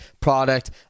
product